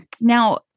Now